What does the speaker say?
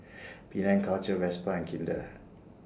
Penang Culture Vespa and Kinder